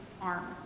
arm